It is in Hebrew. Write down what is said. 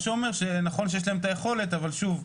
מה שאומר שנכון שיש להם את היכולת, אבל שוב,